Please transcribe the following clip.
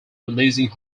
releasing